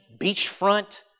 beachfront